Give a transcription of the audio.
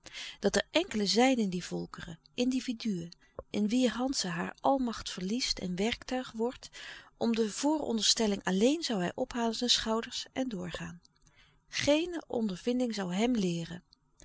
dat er enkelen zijn in die volkeren individuen in wier hand ze haar almacht verliest en werktuig wordt om de vooronderstelling alleen zoû hij ophalen zijn schouders en doorgaan geene ondervinding zoû hem leeren